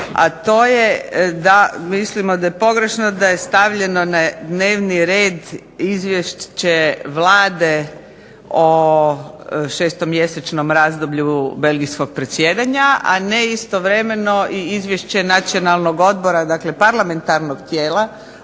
a to je da mislimo da je pogrešno da je stavljeno na dnevni red Izvješće Vlade o 6-mjesečnom razdoblju belgijskog predsjedanja, a ne istovremeno i Izvješće Nacionalnog odbora, dakle parlamentarnog tijela